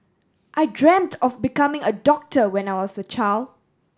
I dreamt of becoming a doctor when I was a child